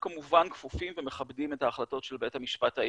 אבל אנחנו כמובן כפופים ומכבדים את ההחלטות של בית המשפט העליון.